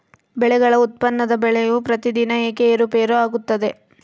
ಬೆಳೆಗಳ ಉತ್ಪನ್ನದ ಬೆಲೆಯು ಪ್ರತಿದಿನ ಏಕೆ ಏರುಪೇರು ಆಗುತ್ತದೆ?